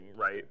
right